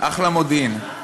אחלה מודיעין.